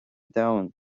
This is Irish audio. domhan